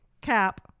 Cap